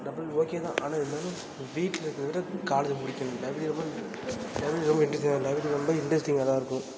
double okay தான் ஆனால் என்ன வீட்டில இருக்கிறது விட காலேஜு பிடிக்கும் லைப்ரரி ரொம்ப லைப்ரரி ரொம்ப இண்ட்ரெஸ்ட்டிங்காக தான் லைப்ரரி ரொம்ப இண்ட்ரெஸ்ட்டிங்காக தான் இருக்கும்